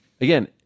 again